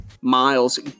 Miles